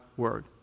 word